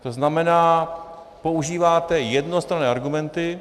To znamená, používáte jednostranné argumenty.